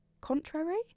contrary